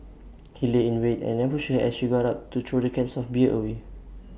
he lay in wait and ambushed her as she got up to throw the cans of beer away